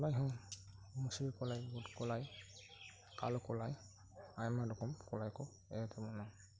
ᱠᱚᱞᱟᱭ ᱦᱚᱸ ᱢᱤᱥᱨᱤ ᱠᱚᱞᱟᱭ ᱵᱩᱴ ᱠᱚᱞᱟᱭ ᱠᱟᱞᱳ ᱠᱚᱞᱟᱭ ᱟᱭᱢᱟ ᱨᱚᱠᱚᱢ ᱠᱚᱞᱟᱭ ᱠᱚ ᱮᱨ ᱛᱟᱵᱚᱱᱟ